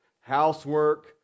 housework